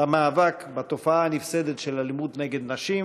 למאבק בתופעה הנפסדת של אלימות נגד נשים.